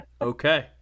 okay